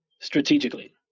strategically